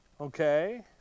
Okay